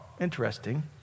interesting